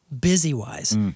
busy-wise—